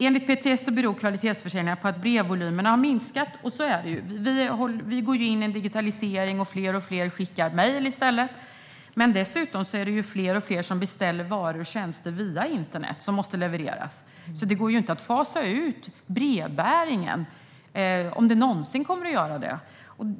Enligt PTS beror kvalitetsförsämringarna på att brevvolymerna har minskat, och så är det ju. Vi går in i en digitalisering, och fler och fler skickar mejl i stället för brev. Men dessutom är det fler och fler som via internet beställer varor och tjänster som måste levereras, så det går ju inte att fasa ut brevbäringen. Frågan är om det någonsin går att göra det.